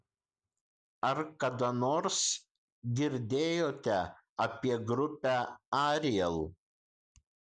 ar kada nors girdėjote apie grupę ariel